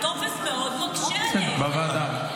הטופס מאוד מקשה עליהם.